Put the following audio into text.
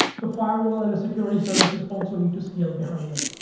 the firewall and the security services also need to scale behind it.